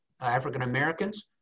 African-Americans